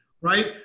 right